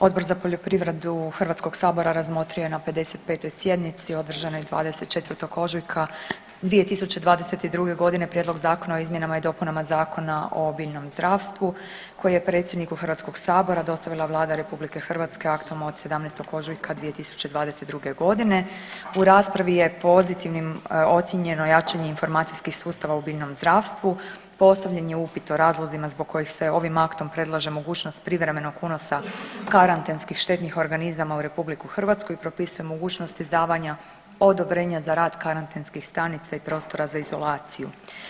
Odbor za poljoprivredu HS-a razmotrio je na 55. sjednici održanoj 24. ožujka 2022.g. Prijedlog zakona o izmjenama i dopunama Zakona o biljnom zdravstvu koji je predsjedniku HS-a dostavila Vlada RH aktom od 17. ožujka 2022.g. U raspravi je pozitivnim ocijenjeno jačanje informacijskih sustava u biljnom zdravstvu, postavljen je upit o razlozima zbog kojih se ovim aktom predlaže mogućnost privremenog unosa karantenskih štetnih organizama u RH i propisuje mogućnost izdavanja odobrenja za rad karantenskih stanica i prostora za izolaciju.